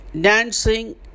dancing